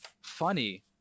funny